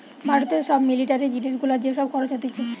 ভারতে সব মিলিটারি জিনিস গুলার যে সব খরচ হতিছে